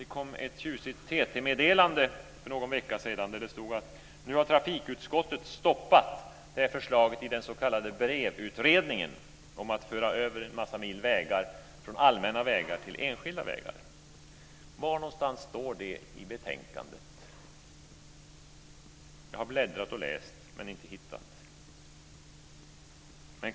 Det kom ett tjusigt TT-meddelande för någon vecka sedan där det stod att trafikutskottet har stoppat förslaget i den s.k. BREV-utredningen om att föra över en massa mil vägar från allmänna vägar till enskilda vägar. Var står det i betänkandet? Jag har bläddrat och läst men inte hittat det.